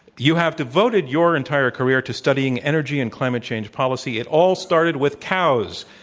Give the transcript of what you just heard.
you have devoted your entire career to studying energy and climate change policy. it all started with cows,